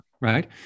right